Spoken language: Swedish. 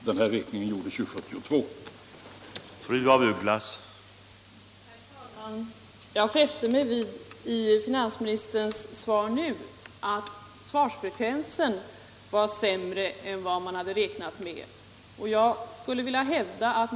— Den här räkningen gjordes 1972.